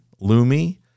Lumi